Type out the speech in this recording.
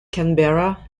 canberra